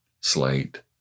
slate